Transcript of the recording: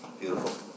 Beautiful